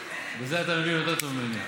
אתה עוזר לי,